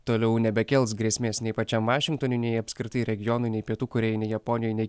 toliau nebekels grėsmės nei pačiam vašingtonui nei apskritai regionui nei pietų korėjai nei japonijoje nei